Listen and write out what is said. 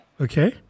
Okay